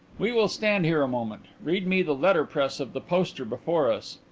we will stand here a moment. read me the letterpress of the poster before us.